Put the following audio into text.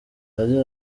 yagize